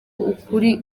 ukuri